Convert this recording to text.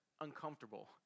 uncomfortable